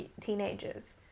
teenagers